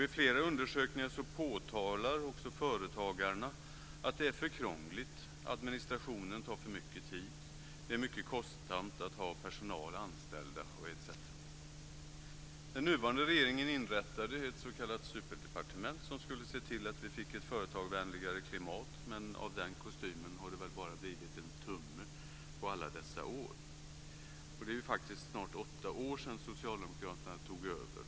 I flera undersökningar påtalar också företagarna att det är för krångligt; administrationen tar för mycket tid, det är mycket kostsamt att ha personal anställd etc. Den nuvarande regeringen inrättade ett s.k. superdepartement, som skulle se till att vi fick ett företagarvänligare klimat, men av den kostymen har det väl bara blivit en tumme på alla dessa år. Det är faktiskt snart åtta år sedan som Socialdemokraterna tog över.